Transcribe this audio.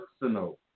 personal